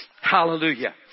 Hallelujah